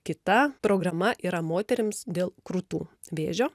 kita programa yra moterims dėl krūtų vėžio